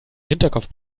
hinterkopf